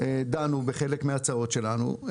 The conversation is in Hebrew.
דנו בחלק מההצעות שלנו,